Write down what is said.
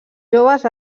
joves